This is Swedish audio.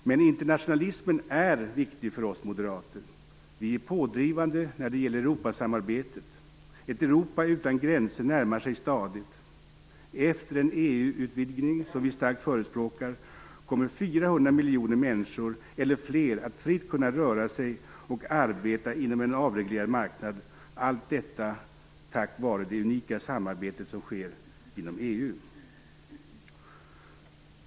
Men internationalismen är viktig för oss moderater. Vi är pådrivande när det gäller Europasamarbetet. Ett Europa utan gränser närmar sig stadigt. Efter en EU-utvidgning, som vi starkt förespråkar, kommer 400 miljoner människor eller fler att fritt kunna röra sig och arbeta inom en avreglerad marknad, allt detta tack vare det unika samarbete som sker inom EU. Fru talman!